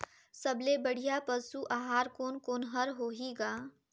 सबले बढ़िया पशु आहार कोने कोने हर होही ग?